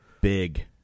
big